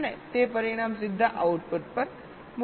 અને તે પરિણામ સીધા આઉટપુટ પર મોકલી શકાય છે